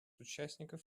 участников